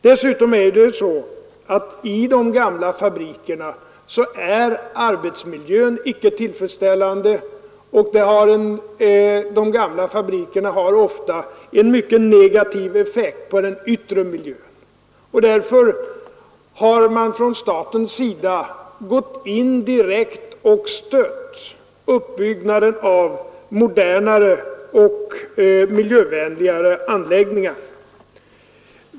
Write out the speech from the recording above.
Dessutom är de gamla fabrikernas arbetsmiljö inte tillfredsställande, och de har ofta också en mycket negativ effekt på den yttre miljön. Därför har man från statens sida gått in direkt och stött uppbyggnaden av modernare och mera miljövänliga anläggningar.